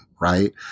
right